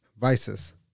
vices